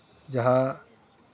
ᱡᱟᱦᱟᱸ